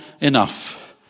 enough